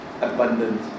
abundant